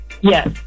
Yes